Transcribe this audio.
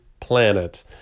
planet